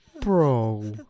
Bro